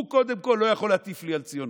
הוא, קודם כול, לא יכול להטיף לי על ציונות.